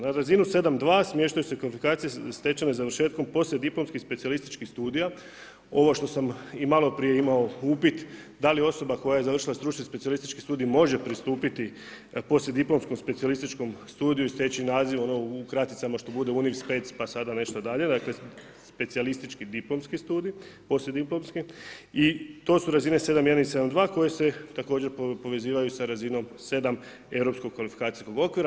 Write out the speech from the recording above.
Na razinu 7.2 smještaju se kvalifikacije stečene završetkom poslijediplomskih specijalističkih studija, ovo što sam i malo prije upit, da li je osoba koja je završila stručni specijalistički studij može pristupiti poslijediplomskom specijalističkom studiju i steći naziv u kraticama ono što bude univ.spec. pa sada nešto dalje dakle specijalistički diplomski studij, poslijediplomski i to su razine 7.1 i 7.2 koje se također povezuju sa razinom 7 Europskog kvalifikacijskog okvira.